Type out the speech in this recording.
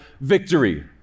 victory